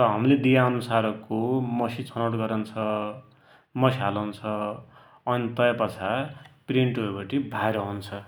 र हमले दिया अन्सारको मसी छनौट गरुन्छ, मसी हालुन्छ, अनि तै पाछा प्रिन्ट होइबटे भाइर औन्छ।